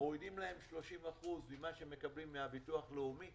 מורידים להם 30% ממה שהם מקבלים מהביטוח הלאומי